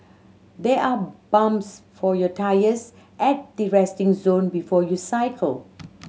there are pumps for your tyres at the resting zone before you cycle